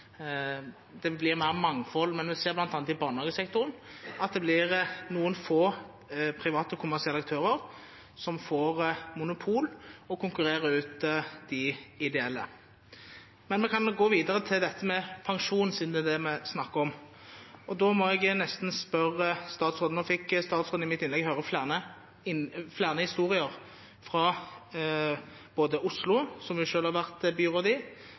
det blir mer mangfold. Men vi ser bl.a. i barnehagesektoren at det blir noen få private kommersielle aktører som får monopol og konkurrerer ut de ideelle. Men vi kan gå videre til dette med pensjon, siden det er det vi snakker om. I mitt innlegg fikk statsråden høre flere historier fra både Oslo, som hun selv har vært byråd i,